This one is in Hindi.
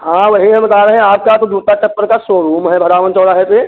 हाँ वही हम बता रहे हैं आपका तो जूता चप्पल का सोरूम है भरावन चौराहे पर